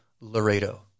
Laredo